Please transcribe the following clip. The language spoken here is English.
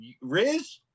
Riz